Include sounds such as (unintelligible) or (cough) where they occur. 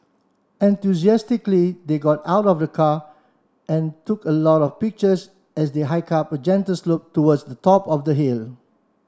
(unintelligible) they got out of the car and took a lot of pictures as they hike up a gentle slope towards the top of the hill